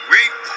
We-